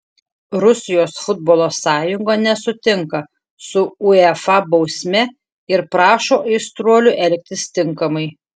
rusijos futbolo sąjunga nesutinka su uefa bausme ir prašo aistruolių elgtis tinkamai